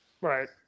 Right